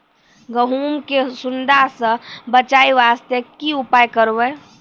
गहूम के सुंडा से बचाई वास्ते की उपाय करबै?